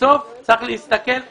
לוודא שאני רשום לזכות דיבור.